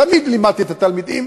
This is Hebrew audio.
תמיד לימדתי את התלמידים